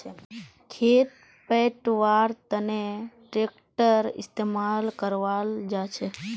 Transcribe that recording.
खेत पैटव्वार तनों ट्रेक्टरेर इस्तेमाल कराल जाछेक